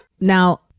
now